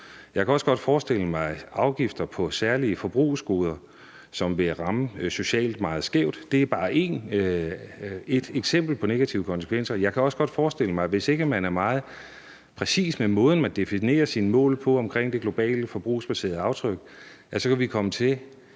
Jeg kan også godt forestille mig afgifter på særlige forbrugsgoder, som vil ramme socialt meget skævt. Det er bare et eksempel på negative konsekvenser. Jeg kan også godt forestille mig, at hvis ikke man er meget præcis med måden, man definerer sine mål om det globale forbrugsbaserede aftryk på, så kan vi komme til